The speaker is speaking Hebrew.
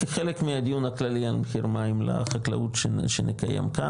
כחלק מהדיון הכללי על מחיר מים לחקלאות שנקיים כאן,